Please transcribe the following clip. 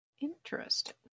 Interesting